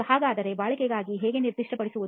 ಹಾಗಾದರೆ ಬಾಳಿಕೆಗಾಗಿ ಹೇಗೆ ನಿರ್ದಿಷ್ಟಪಡಿಸುವುದು